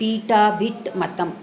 petabit मतम्